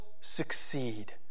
succeed